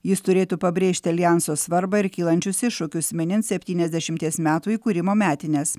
jis turėtų pabrėžti aljanso svarbą ir kylančius iššūkius minint septyniasdešimties metų įkūrimo metines